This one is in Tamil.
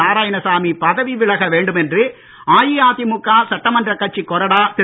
நாராயணசாமி பதவி விலக வேண்டும் என்று அஇஅதிமுக சட்டமன்ற கட்சிக் கொறடா திரு